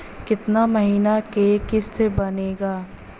कितना महीना के किस्त बनेगा?